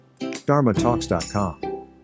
dharmatalks.com